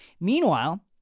Meanwhile